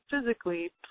physically